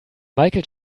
michael